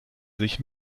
sich